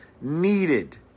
needed